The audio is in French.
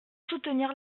soutenir